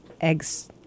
eggs